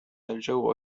الجو